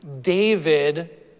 David